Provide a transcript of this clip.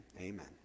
amen